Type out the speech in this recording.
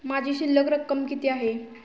माझी शिल्लक रक्कम किती आहे?